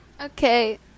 okay